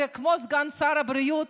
סגן שר הבריאות,